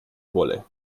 wolle